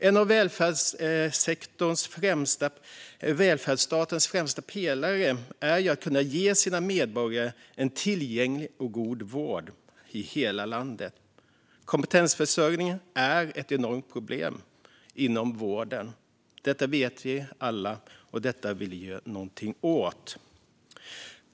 En av välfärdsstatens främsta pelare är att kunna ge sina medborgare en tillgänglig och god vård i hela landet. Kompetensförsörjningen är ett enormt problem inom vården - detta vet vi alla och vill göra något åt.